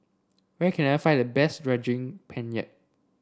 where can I find the best Daging Penyet